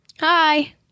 Hi